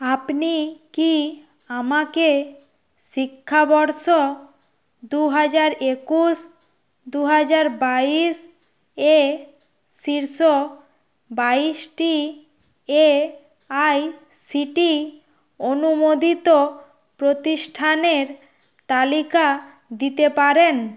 আপনি কি আমাকে শিক্ষাবর্ষ দু হাজার একুশ দু হাজার বাইশ এ শীর্ষ বাইশটি A I C T E অনুমোদিত প্রতিষ্ঠানের তালিকা দিতে পারেন